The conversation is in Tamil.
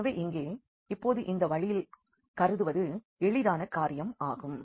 எனவே இங்கே இப்பொழுது இந்த வழியில் கருதுவது எளிதான காரியம் ஆகும்